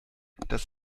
das